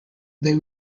they